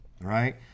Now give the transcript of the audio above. right